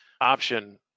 option